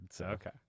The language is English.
Okay